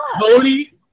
Cody